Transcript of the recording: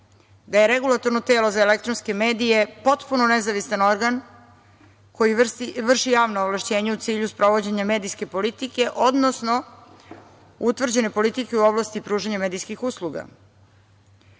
Definisano je njime da je REM potpuno nezavistan organ koji vrši javna ovlašćenja u cilju sprovođenja medijske politike, odnosno utvrđene politike u oblasti pružanja medijskih usluga.